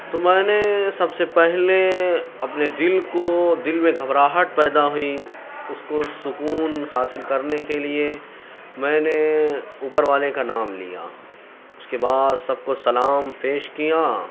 تو میں نے سب سے پہلے اپنے دِل کو دِل میں گھبراہٹ پیدا ہوئی اُس کو سکون حاصل کرنے کے لیے میں نے اُوپر والے کا نام لیا اُس کے بعد سب کو سلام پیش کیا